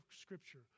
Scripture